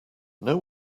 know